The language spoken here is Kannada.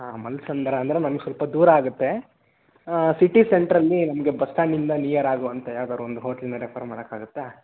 ಹಾಂ ಮಲ್ಲಸಂದ್ರ ಅಂದರೆ ನಮ್ಗೆ ಸ್ವಲ್ಪ ದೂರ ಆಗುತ್ತೆ ಸಿಟಿ ಸೆಂಟ್ರಲ್ಲಿ ನಮಗೆ ಬಸ್ ಸ್ಟ್ಯಾಂಡಿಂದ ನಿಯರ್ ಆಗುವಂತೆ ಯಾವ್ದಾದ್ರು ಒಂದು ಹೋಟ್ಲನ್ನು ರೆಫರ್ ಮಾಡೋಕಾಗತ್ತಾ